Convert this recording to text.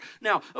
Now